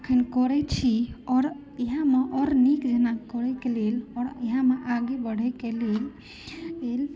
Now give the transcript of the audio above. अखन करैत छी आओर इएहमे आओर नीक जेना करयके लेल आओर इएहमे आगे बढ़यके लेल लेल